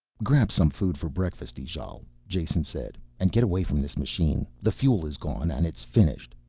grab some food for breakfast, ijale, jason said, and get away from this machine. the fuel is gone and it's finished.